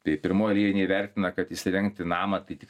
tai pirmoj eilėj neįvertina kad įsirengti namą tai tik